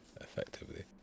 effectively